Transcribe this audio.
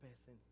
person